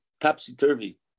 Topsy-turvy